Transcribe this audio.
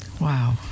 Wow